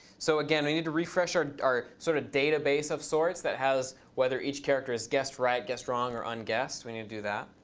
so again, we need to refresh our sort of database of sorts that has whether each character is guessed right, guessed wrong, or unguessed. we need to do that.